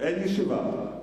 אין ישיבה.